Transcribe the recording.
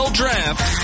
draft